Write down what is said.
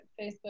Facebook